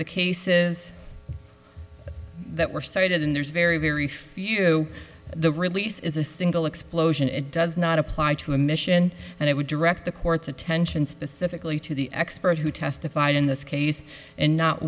the cases that were started in there's very very few the release is a single explosion it does not apply to the mission and it would direct the court's attention specifically to the expert who testified in this case and not